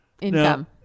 Income